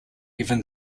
even